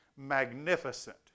magnificent